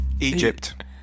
Egypt